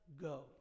go